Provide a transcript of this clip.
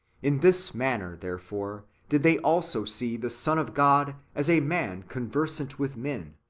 in this manner, therefore, did they also see the son of god as a man conversant with men,